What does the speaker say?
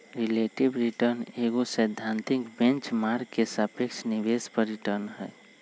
relative return एगो सैद्धांतिक benchmark के सापेक्ष निवेश पर रिटर्न हइ